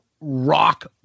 rock